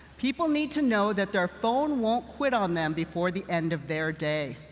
people need to know that their phone won't quit on them before the end of their day.